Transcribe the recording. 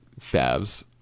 Favs